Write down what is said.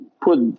put